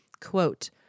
quote